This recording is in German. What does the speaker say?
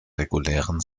regulären